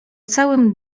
całym